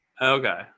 Okay